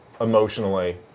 emotionally